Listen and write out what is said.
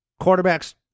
quarterbacks